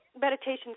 meditations